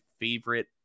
favorite